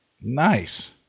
Nice